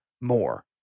more